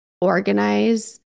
organize